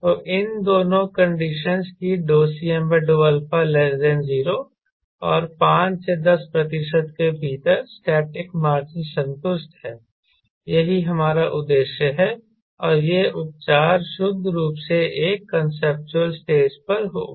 तो इन दोनों कंडीशनस कि Cm∂α 0 और 5 से 10 प्रतिशत के भीतर स्टैटिक मार्जिन संतुष्ट है यही हमारा उद्देश्य है और यह उपचार शुद्ध रूप से एक कांसेप्चुअल स्टेज पर होगा